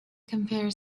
compare